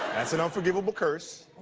is an unforgivable curse.